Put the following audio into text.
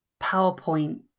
PowerPoint